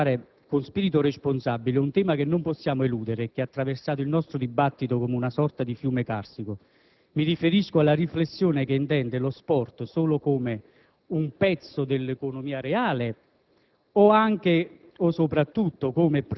Oggi ci troviamo quindi ad affrontare, con spirito responsabile, un tema che non possiamo eludere e che ha attraversato il nostro dibattito come una sorta di fiume carsico; mi riferisco alla riflessione che intende lo sport solo come un pezzo dell'economia reale